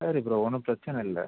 சரி ப்ரோ ஒன்றும் பிரச்சன இல்லை